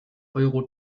euro